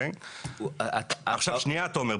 שנייה תומר,